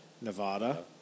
Nevada